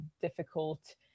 difficult